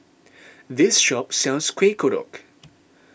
this shop sells Kuih Kodok